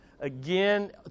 Again